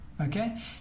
okay